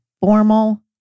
formal